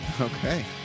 okay